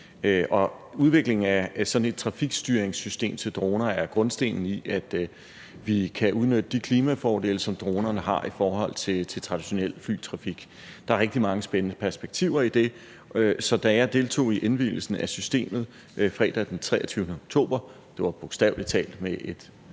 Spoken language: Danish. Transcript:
Udviklingen af sådan et trafikstyringssystem til droner er grundstenen i, at vi kan udnytte de klimafordele, som dronerne har i forhold til traditionel flytrafik. Der er rigtig mange spændende perspektiver i det, så da jeg deltog i indvielsen af systemet fredag den 23. oktober – det var bogstavelig talt med